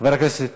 חבר הכנסת